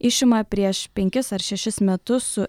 išima prieš penkis ar šešis metus su